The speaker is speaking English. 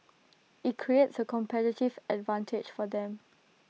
IT creates A competitive advantage for them